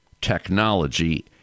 technology